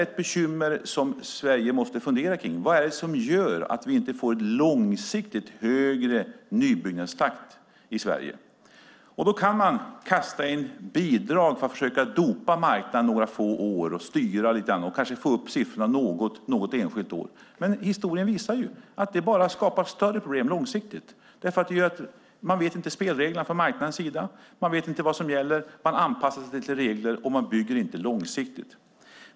Ett bekymmer som vi i Sverige måste fundera kring är vad det är som gör att vi inte får en långsiktigt högre nybyggnadstakt i Sverige? Då kan man kasta in bidrag för att försöka dopa marknaden några få år, styra lite grann och kanske få upp siffrorna något ett enskilt år. Men historien visar att det bara skapar större problem långsiktigt, därför att det gör att marknaden inte vad det är för spelregler som gäller. Man anpassar sig till regler, och man bygger inte långsiktigt.